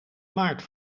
maart